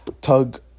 tug